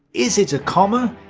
is it a comma?